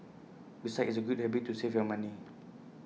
besides it's A good habit to save your money